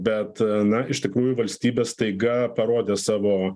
bet na iš tikrųjų valstybė staiga parodė savo